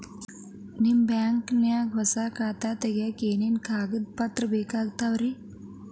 ನಿಮ್ಮ ಬ್ಯಾಂಕ್ ನ್ಯಾಗ್ ಹೊಸಾ ಖಾತೆ ತಗ್ಯಾಕ್ ಏನೇನು ಕಾಗದ ಪತ್ರ ಬೇಕಾಗ್ತಾವ್ರಿ?